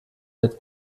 mit